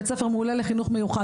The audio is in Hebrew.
בית-ספר מעולה לחינוך מיוחד.